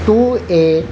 two a